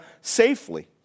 safely